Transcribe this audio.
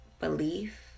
belief